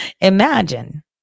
imagine